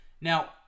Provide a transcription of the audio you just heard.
Now